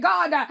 God